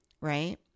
right